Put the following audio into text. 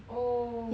oh